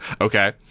Okay